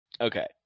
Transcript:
Okay